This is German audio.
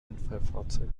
unfallfahrzeug